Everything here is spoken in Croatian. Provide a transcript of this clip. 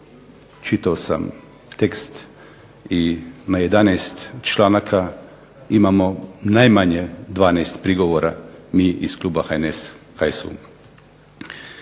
čitao sam tekst i na 11 članaka imamo najmanje 12 prigovora mi iz kluba HNS-a,